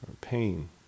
pain